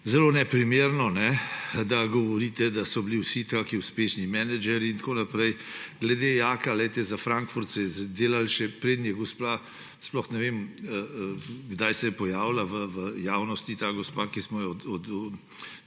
govorite, da so bili vsi taki uspešni menedžerji in tako naprej. Glede JAK; za Frankfurt se je delalo, še preden je gospa – sploh ne vem, kdaj se je pojavila v javnosti ta gospa, ki smo jo